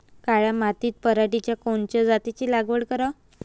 काळ्या मातीत पराटीच्या कोनच्या जातीची लागवड कराव?